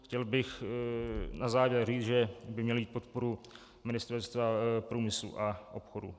Chtěl bych na závěr říci, že by měl mít podporu Ministerstva průmyslu a obchodu.